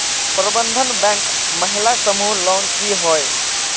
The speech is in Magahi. प्रबंधन बैंक महिला समूह लोन की होय?